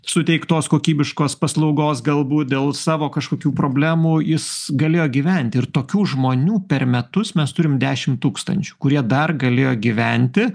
suteiktos kokybiškos paslaugos galbūt dėl savo kažkokių problemų jis galėjo gyventi ir tokių žmonių per metus mes turim dešim tūkstančių kurie dar galėjo gyventi